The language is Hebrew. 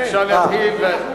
אפשר להתחיל.